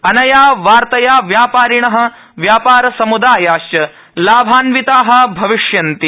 अनया वार्तया व्यापारिण व्यापरसमुदायाश्च लाभान्विता भविष्यन्ति